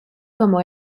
como